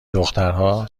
دخترها